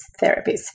therapies